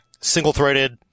single-threaded